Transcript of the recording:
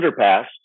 underpass